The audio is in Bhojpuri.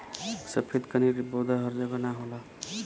सफ़ेद कनेर के पौधा हर जगह ना होला